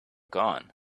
gone